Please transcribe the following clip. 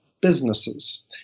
businesses